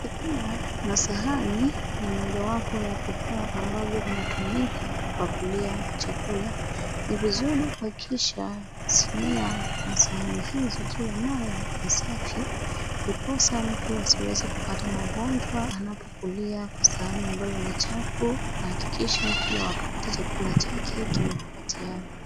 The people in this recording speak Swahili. Sinia na sahani ni mojawapo ya vifaa ambavyo vinatumika kupakulia chakula. Ni vizuri kuhakikisha sinia ama sahani hizo kila mara ni safi ndiposa mtu asiweze kupata magonjwa anapokulia kwa sahani ambayo ni chafu na ahakikishe kila wakati chakula chake kimekuwa tayari.